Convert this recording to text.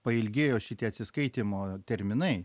pailgėjo šitie atsiskaitymo terminai